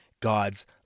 God's